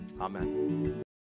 Amen